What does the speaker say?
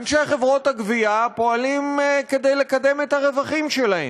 אנשי חברות הגבייה פועלים כדי לקדם את הרווחים שלהם.